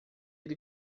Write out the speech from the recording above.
ele